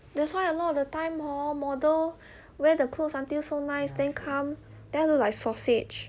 that's why a lot of the time hor model where the clothes until so nice then come then look like sausage